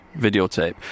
videotape